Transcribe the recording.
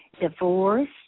divorce